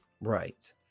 Right